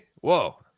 Whoa